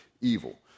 evil